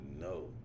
No